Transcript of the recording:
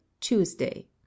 Tuesday